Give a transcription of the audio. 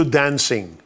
dancing